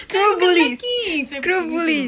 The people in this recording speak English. saya bukan lelaki screw bullies